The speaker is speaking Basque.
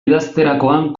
idazterakoan